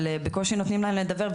אבל בקושי נותנים להם לדבר,